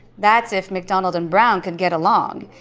that's if macdonald and brown could get along.